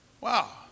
wow